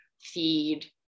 feed